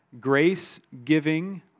grace-giving